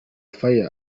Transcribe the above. fire